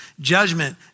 judgment